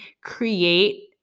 create